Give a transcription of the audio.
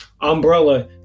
Umbrella